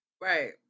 Right